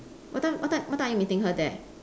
what time what time what time are you meeting her there